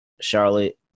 Charlotte